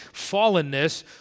fallenness